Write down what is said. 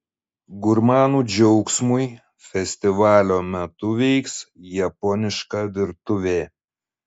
gurmanų džiaugsmui festivalio metu veiks japoniška virtuvė